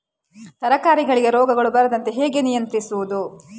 ತರಕಾರಿಗಳಿಗೆ ರೋಗಗಳು ಬರದಂತೆ ಹೇಗೆ ನಿಯಂತ್ರಿಸುವುದು?